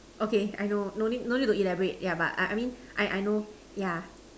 okay I know no need no need to elaborate yeah but I I mean I I know yeah